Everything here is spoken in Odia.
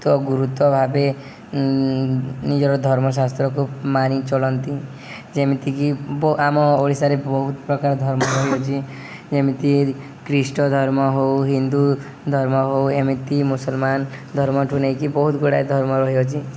ତ ଗୁରୁତ୍ୱ ଭାବେ ନିଜର ଧର୍ମଶାସ୍ତ୍ରକୁ ମାନି ଚଳନ୍ତି ଯେମିତିକି ଆମ ଓଡ଼ିଶାରେ ବହୁତ ପ୍ରକାର ଧର୍ମ ରହିଅଛି ଯେମିତି ଖ୍ରୀଷ୍ଟ ଧର୍ମ ହଉ ହିନ୍ଦୁ ଧର୍ମ ହଉ ଏମିତି ମୁସଲମାନ ଧର୍ମଠୁ ନେଇକି ବହୁତ ଗୁଡ଼ାଏ ଧର୍ମ ରହିଅଛି